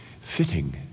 fitting